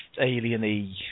alien-y